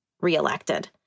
reelected